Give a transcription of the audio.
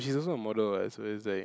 she's also a model ah so it's like